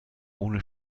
ohne